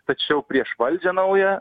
tačiau prieš valdžią naują